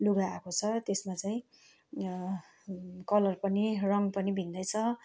लुगा आएको छ त्यसमा चाहिँ कलर पनि रङ पनि भिन्दै छ